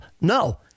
No